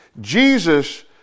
Jesus